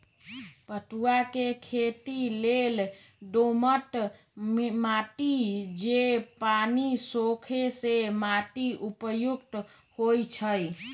पटूआ के खेती लेल दोमट माटि जे पानि सोखे से माटि उपयुक्त होइ छइ